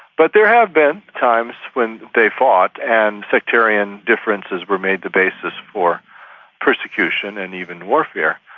but there have been times when they fought, and sectarian differences were made the basis for persecution and even warfare.